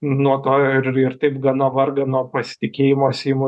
nuo to ir ir taip gana vargano pasitikėjimo seimo